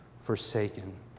forsaken